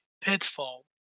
pitfall